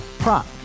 Prop